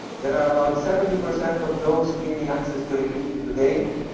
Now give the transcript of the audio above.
there are about seventy percent of those gaining access to electricity today.